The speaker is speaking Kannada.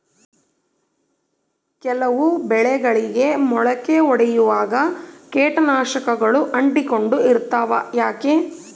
ಕೆಲವು ಬೆಳೆಗಳಿಗೆ ಮೊಳಕೆ ಒಡಿಯುವಾಗ ಕೇಟನಾಶಕಗಳು ಅಂಟಿಕೊಂಡು ಇರ್ತವ ಯಾಕೆ?